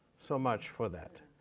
so much for that.